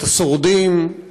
את השורדים,